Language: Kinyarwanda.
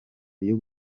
ryo